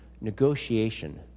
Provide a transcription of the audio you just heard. negotiation